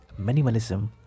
minimalism